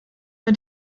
mit